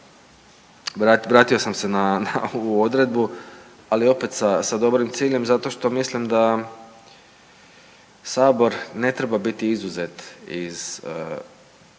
vratio sam se na, na ovu odredbu, ali opet sa, sa dobrim ciljem zato što mislim da sabor ne treba biti izuzet iz udaranja